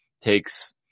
takes